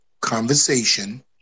conversation